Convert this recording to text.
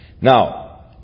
Now